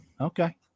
Okay